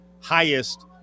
highest